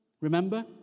remember